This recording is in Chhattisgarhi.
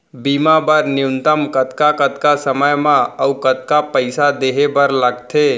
बीमा बर न्यूनतम कतका कतका समय मा अऊ कतका पइसा देहे बर लगथे